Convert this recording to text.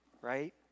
right